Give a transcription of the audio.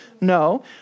No